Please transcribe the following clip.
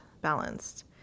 balanced